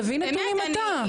תביא נתונים אתה.